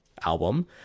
album